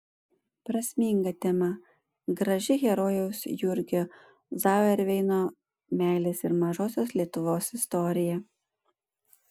prasminga tema graži herojaus jurgio zauerveino meilės ir mažosios lietuvos istorija